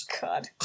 God